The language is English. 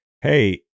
hey